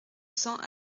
cents